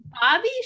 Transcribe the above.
bobby